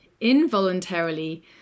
involuntarily